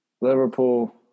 Liverpool